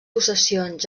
possessions